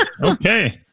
Okay